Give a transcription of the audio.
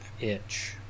itch